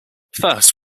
first